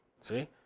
See